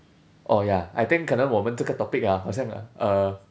oh ya I think 可能我们这个 topic ah 好像 like uh